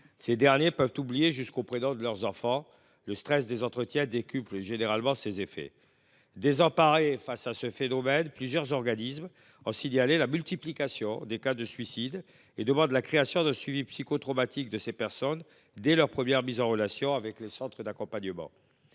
Ces derniers peuvent oublier jusqu’au prénom de leurs enfants ; le stress des entretiens décuple généralement ces effets. Désemparés face à ce phénomène, plusieurs organismes ont signalé la multiplication des cas de suicide et demandent la création d’un suivi psychotraumatique de ces personnes dès leurs premières mises en relation avec les centres d’accompagnement.